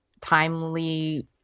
timely